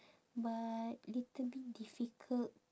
but little bit difficult